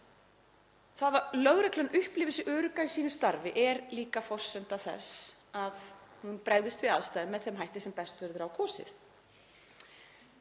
Það að lögreglan upplifi sig örugga í sínu starfi er líka forsenda þess að hún bregðist við aðstæðum með þeim hætti sem best verður á kosið.